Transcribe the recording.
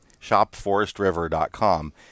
shopforestriver.com